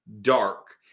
dark